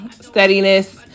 steadiness